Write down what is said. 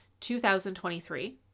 2023